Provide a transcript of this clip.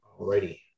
Alrighty